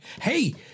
hey